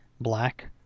black